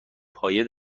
پایه